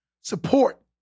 Support